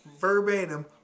verbatim